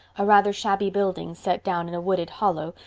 a rather shabby building set down in a wooded hollow,